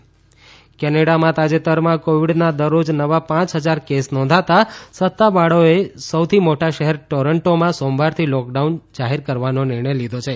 Canada lockdown કેનેડામાં તાજેતરમાં કોવિડના દરરોજ નવા પાંચ હજાર કેસ નોંધાતાં સત્તાવાળાઓએ સૌથી મોટા શહેર ટોરેન્ટોમાં સોમવારથી લોકડાઉન જાહેર કરવાનો નિર્ણય લીધો છે